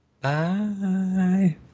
Bye